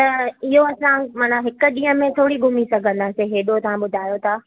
त इहो असां माना हिकु ॾींहं में थोरी घुमी सघंदासीं हेॾो तव्हां ॿुधायो था